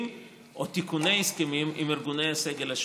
או תיקוני הסכמים עם ארגוני הסגל השונים.